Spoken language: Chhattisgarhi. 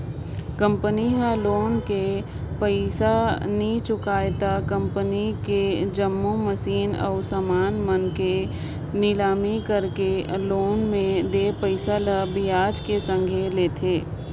कंपनी ह लोन के पइसा नी चुकाय त कंपनी कर जम्मो मसीन अउ समान मन कर लिलामी कइरके लोन में देय पइसा ल बियाज कर संघे लेथे